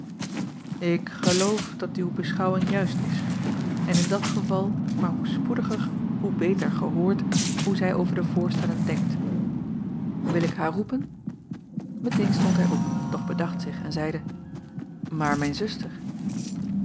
k geloof dat uw beschouwing juist is en in dat geval maar hoe spoediger hoe beter gehoord hoe zij over de voorstellen denkt il ik haar roepen eteen stond hij op doch bedacht zich en zeide maar mijn zuster